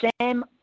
Sam